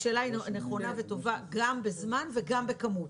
השאלה נכונה וטובה, זה מוגבל גם בזמן וגם בכמות.